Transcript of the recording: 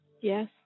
Yes